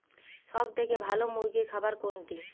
সবথেকে ভালো মুরগির খাবার কোনটি?